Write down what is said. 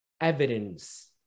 evidence